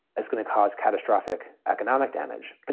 it's going to cause catastrophic economic damage. but